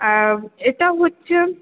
এটা হচ্ছে